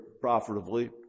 profitably